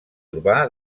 urbà